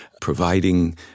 providing